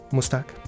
Mustak